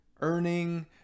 earning